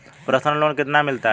Personal loan कितना मिलता है?